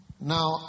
Now